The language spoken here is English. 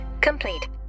complete